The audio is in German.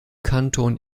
kanton